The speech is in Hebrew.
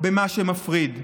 במה שמפריד,